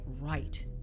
right